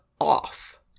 off